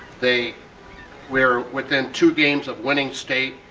they were within two games of winning state.